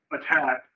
attack